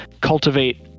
cultivate